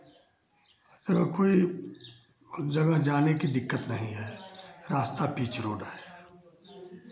हर जगह कोई जगह जाने की दिक्कत नहीं है रास्ता पिच रोड है